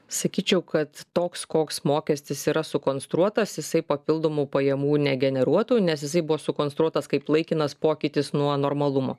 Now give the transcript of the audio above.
sakyčiau kad toks koks mokestis yra sukonstruotas jisai papildomų pajamų negeneruotų nes jisai buvo sukonstruotas kaip laikinas pokytis nuo normalumo